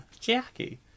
Jackie